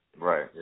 Right